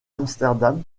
amsterdam